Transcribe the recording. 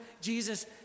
Jesus